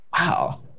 wow